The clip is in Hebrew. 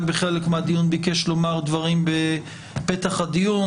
בחלק מהדיון ביקש לומר דברים בפתח הדיון,